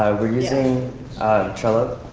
we're using trello,